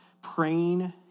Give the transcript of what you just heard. praying